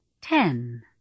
Ten